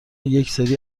یکسری